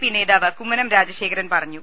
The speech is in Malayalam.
പി നേതാവ് കുമ്മനം രാജ ശേഖരൻ പറഞ്ഞു